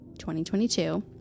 2022